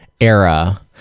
era